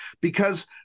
because-